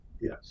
Yes